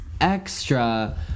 extra